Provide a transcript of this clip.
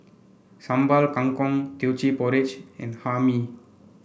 Sambal Kangkong Teochew Porridge and Hae Mee